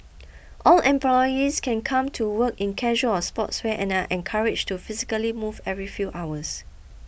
all employees can come to work in casual or sportswear and are encouraged to physically move every few hours